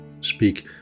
speak